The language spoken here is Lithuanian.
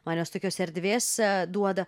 man jos tokios erdvės duoda